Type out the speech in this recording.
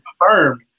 Confirmed